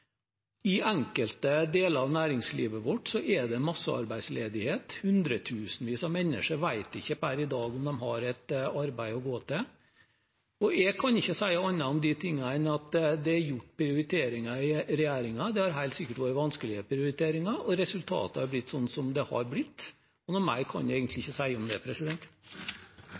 I enkelte deler av næringslivet vårt er det massearbeidsledighet. Hundretusenvis av mennesker vet ikke per i dag om de har et arbeid å gå til. Jeg kan ikke si annet om de tingene enn at det er gjort prioriteringer i regjeringen. Det har helt sikkert vært vanskelige prioriteringer, og resultatet har blitt slik det har blitt. Noe mer kan jeg egentlig ikke si om det.